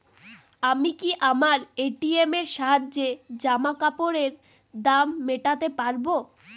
আমি কি আমার এ.টি.এম এর সাহায্যে জামাকাপরের দাম মেটাতে পারব?